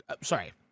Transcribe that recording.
Sorry